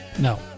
No